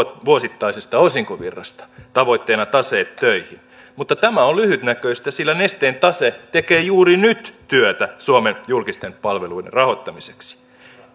vuosittaisesta osinkovirrasta tavoitteena taseet töihin mutta tämä on lyhytnäköistä sillä nesteen tase tekee juuri nyt työtä suomen julkisten palveluiden rahoittamiseksi